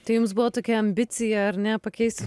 tai jums buvo tokia ambicija ar ne pakeis